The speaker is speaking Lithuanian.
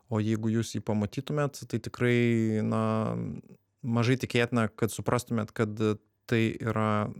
o jeigu jūs jį pamatytumėt tai tikrai na mažai tikėtina kad suprastumėt kad tai yra